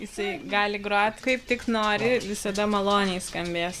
jisai gali grot kaip tik nori visada maloniai skambės